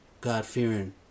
God-fearing